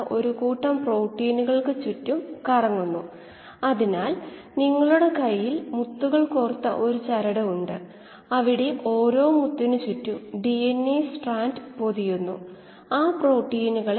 കോശ ഗാഢതയുടെ volumetric flow rate ഇത് യൂണിറ്റുകളുടെ അടിസ്ഥാനത്തിൽ ചെയ്താൽ കോശ ഗാഢതയെ വോള്യൂമെട്രിക് ഫ്ലോ റേറ്റ് കൊണ്ടു ഗുണിച്ചാൽ കിട്ടുന്നതാണ്